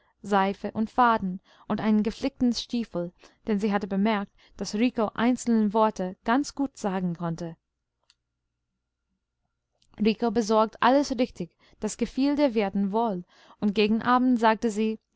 seife und faden und einen geflickten stiefel denn sie hatte bemerkt daß rico einzelne worte ganz gut sagen konnte rico besorgte alles richtig das gefiel der wirtin wohl und gegen abend sagte sie